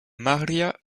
maria